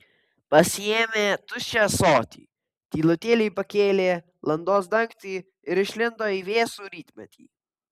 pasiėmė tuščią ąsotį tylutėliai pakėlė landos dangtį ir išlindo į vėsų rytmetį